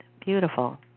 Beautiful